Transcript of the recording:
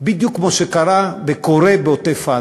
בדיוק כמו שקרה וקורה בעוטף-עזה,